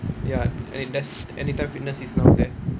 ya and it's that's Anytime Fitness is now there